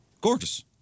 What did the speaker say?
gorgeous